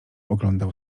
oglądał